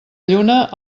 lluna